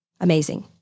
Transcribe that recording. amazing